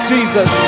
Jesus